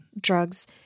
drugs